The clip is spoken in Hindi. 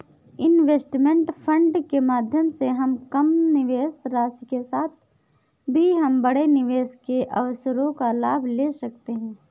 इनवेस्टमेंट फंड के माध्यम से हम कम निवेश राशि के साथ भी हम बड़े निवेश के अवसरों का लाभ ले सकते हैं